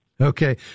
Okay